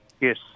Yes